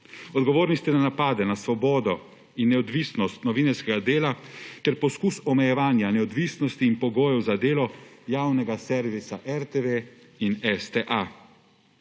Odgovorni ste na napade na svobodo in neodvisnost novinarskega dela ter poskus omejevanja neodvisnosti in pogojev za delo javnega servisa RTV in STA.